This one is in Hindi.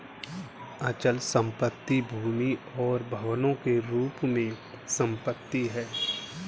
अचल संपत्ति भूमि और भवनों के रूप में संपत्ति है